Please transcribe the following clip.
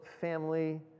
family